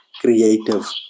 creative